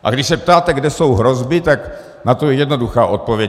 A když se ptáte, kde jsou hrozby, tak na to je jednoduchá odpověď.